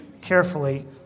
carefully